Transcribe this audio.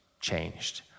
changed